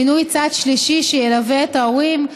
מינוי צד שלישי שילווה את ההורים,